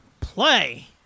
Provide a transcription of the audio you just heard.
Play